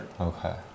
Okay